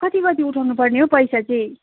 कति बजी उठाउनुपर्ने हो पैसा चाहिँ